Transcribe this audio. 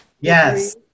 Yes